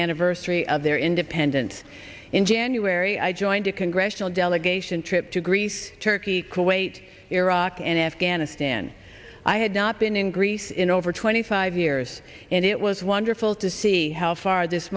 anniversary of their independence in january i joined a congressional delegation trip to greece turkey kuwait iraq and afghanistan i had not been in greece in over twenty five years and it was wonderful to see how far this